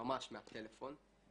ממש מהטלפון.